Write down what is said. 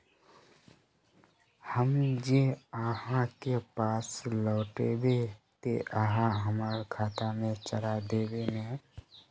हम जे आहाँ के पैसा लौटैबे ते आहाँ हमरा खाता में चढ़ा देबे नय?